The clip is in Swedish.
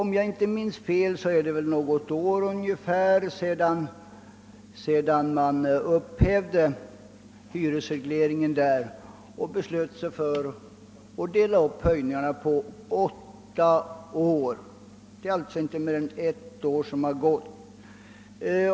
Om jag inte minns fel är det ungefär ett år sedan man där upphävde hyresregleringen och beslöt dela upp höjningarna på åtta år. Det är alltså inte mer än ett år som har gått.